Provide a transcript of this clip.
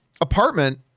apartment